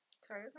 Sorry